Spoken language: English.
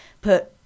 put